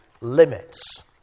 limits